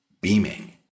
beaming